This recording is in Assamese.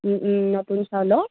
নতুন চাউলৰ